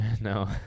No